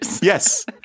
Yes